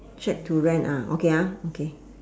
shack to rent ah okay ah okay